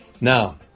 Now